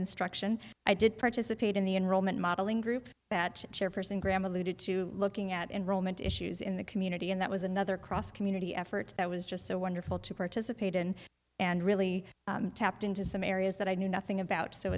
instruction i did participate in the enrollment modeling group that chairperson graham alluded to looking at enrollment issues in the community and that was another cross community effort that was just so wonderful to participate in and really tapped into some areas that i knew nothing about so